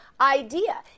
idea